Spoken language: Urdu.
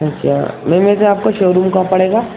اچھا میم ویسے آپ کو شوروم کہاں پڑے گا